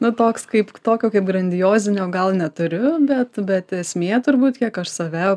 na toks kaip ktokio kaip grandiozinio gal neturiu bet bet esmė turbūt kiek aš save